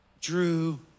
drew